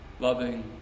Loving